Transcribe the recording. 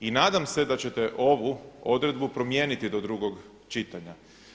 I nadam se da ćete ovu odredbu promijeniti do drugog čitanja.